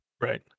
Right